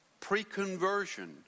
pre-conversion